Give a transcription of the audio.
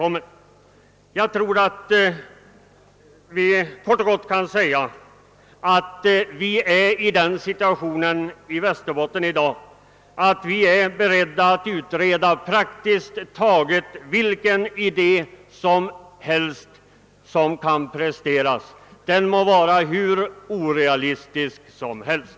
Man kan kort och gott säga att vi i Västerbotten är beredda att utreda praktiskt taget vilken idé som än kan presteras, den må vara hur orealistisk som helst.